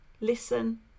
listen